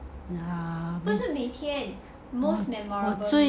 不是每天 most memorable